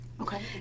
Okay